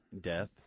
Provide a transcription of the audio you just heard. Death